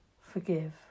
forgive